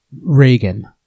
Reagan